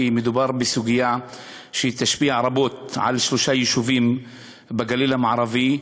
כי מדובר בסוגיה שתשפיע רבות על שלושה יישובים בגליל המערבי: